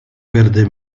perde